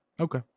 Okay